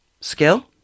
skill